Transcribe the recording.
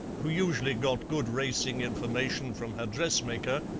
who usually got good racing information from her dressmaker,